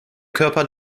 körper